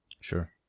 sure